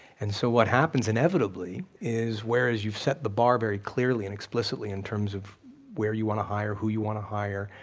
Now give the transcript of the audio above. and so what happens inevitably, is where as you've set the bar very clearly and explicitly in terms of where you wanna hire, who you wanna hire,